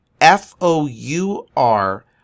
f-o-u-r